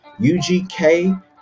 UGK